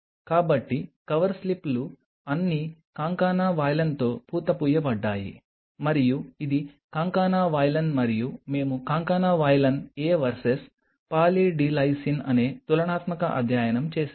కాబట్టి కవర్ స్లిప్లు అన్నీ కాంకానా వాలైన్తో పూత పూయబడ్డాయి మరియు ఇది కాంకానా వాలైన్ మరియు మేము concanavalin A versus poly D lysine అనే తులనాత్మక అధ్యయనం చేసాము